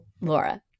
Laura